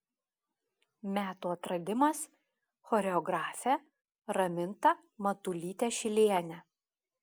metų atradimas choreografė raminta matulytė šilienė